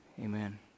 amen